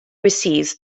receives